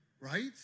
Right